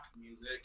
music